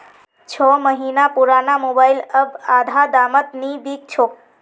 छो महीना पुराना मोबाइल अब आधा दामत नी बिक छोक